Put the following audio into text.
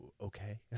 okay